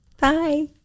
Bye